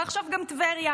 ועכשיו גם בטבריה.